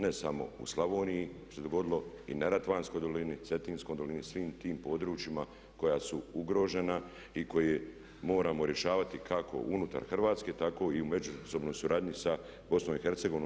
Ne samo u Slavoniji jer se dogodilo i neretvanskoj dolini, cetinskoj dolini, svim tim područjima koja su ugrožena i koje moramo rješavati kako unutar Hrvatske tako i u međusobnoj suradnji sa BiH.